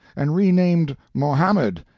and renamed mohammed,